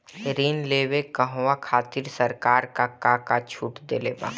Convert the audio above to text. ऋण लेवे कहवा खातिर सरकार का का छूट देले बा?